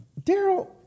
Daryl